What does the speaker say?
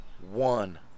one